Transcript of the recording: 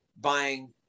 buying